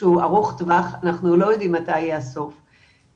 שהוא ארוך טווח ואנחנו לא יודעים מתי יהיה הסוף.